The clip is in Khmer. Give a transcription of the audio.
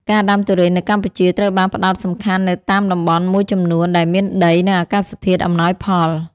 ការដាំទុរេននៅកម្ពុជាត្រូវបានផ្តោតសំខាន់នៅតាមតំបន់មួយចំនួនដែលមានដី និងអាកាសធាតុអំណោយផល។